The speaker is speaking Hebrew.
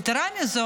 יתרה מזאת,